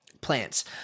plants